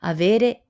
Avere